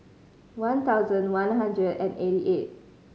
one thousand one hundred and eighty eight